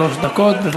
שלוש דקות.